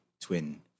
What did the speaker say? twin